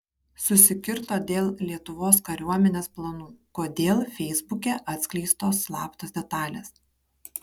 susikirto dėl lietuvos kariuomenės planų kodėl feisbuke atskleistos slaptos detalės